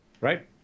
Right